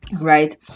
right